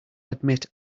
admit